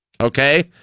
Okay